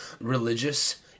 religious